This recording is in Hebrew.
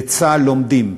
בצה"ל לומדים,